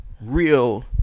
real